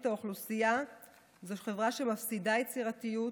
מהאוכלוסייה זו חברה שמפסידה יצירתיות,